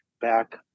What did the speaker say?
back